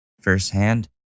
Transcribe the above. firsthand